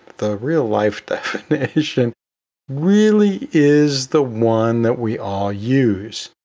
the real-life definition really is the one that we all use.